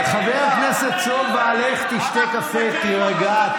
חבר הכנסת סובה, לך, תשתה קפה, תירגע.